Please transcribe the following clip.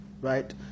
right